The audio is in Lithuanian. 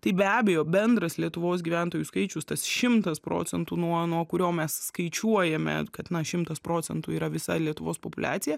tai be abejo bendras lietuvos gyventojų skaičius tas šimtas procentų nuo nuo kurio mes skaičiuojame kad na šimtas procentų yra visa lietuvos populiacija